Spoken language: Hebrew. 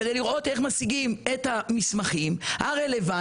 כדי לראות איך משיגים את המסמכים הרלוונטיים,